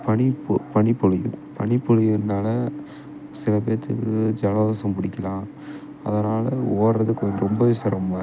பனி பொ பனி பொழியும் பனி பொழியுறதுனால சில பேர்த்துக்கு ஜலதோஷம் பிடிக்கிலாம் அதனால் ஓடுறது கொஞ்ச ரொம்பவே சிரமமாக இருக்கும்